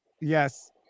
Yes